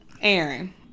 aaron